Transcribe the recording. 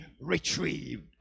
retrieved